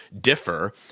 differ